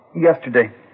yesterday